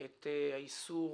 את האיסור